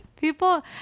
people